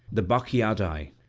the bacchiadae,